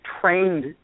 trained